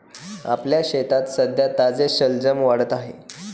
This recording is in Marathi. आपल्या शेतात सध्या ताजे शलजम वाढत आहेत